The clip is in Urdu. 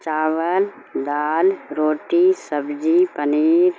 چاول دال روٹی سبزی پنیر